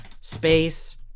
space